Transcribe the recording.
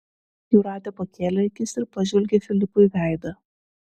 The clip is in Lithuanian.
jūratė pakėlė akis ir pažvelgė filipui veidą